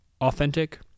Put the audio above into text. Authentic